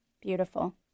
Beautiful